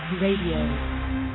Radio